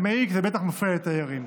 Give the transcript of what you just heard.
זה מעיק וזה בטח מפריע לתיירים.